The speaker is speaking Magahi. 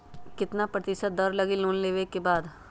कितना प्रतिशत दर लगी लोन लेबे के बाद?